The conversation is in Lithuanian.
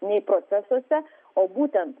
nei procesuose o būtent